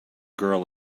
girl